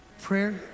Prayer